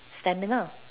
stamina